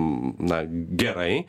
na gerai